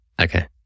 Okay